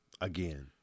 again